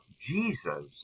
Jesus